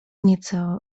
nieco